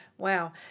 Wow